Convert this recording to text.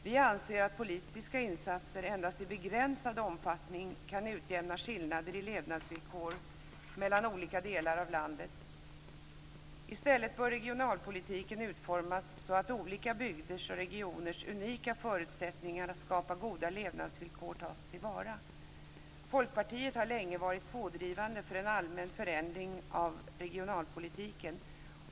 Vi anser att politiska insatser endast i begränsad omfattning kan utjämna skillnader i levnadsvillkor mellan olika delar av landet. I stället bör regionalpolitiken utformas så att olika bygders och regioners unika förutsättningar att skapa goda levnadsvillkor tas till vara. Folkpartiet har länge varit pådrivande för en allmän förändring av regionalpolitiken.